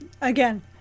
Again